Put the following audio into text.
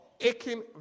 Aching